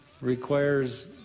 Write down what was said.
requires